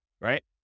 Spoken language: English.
right